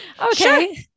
okay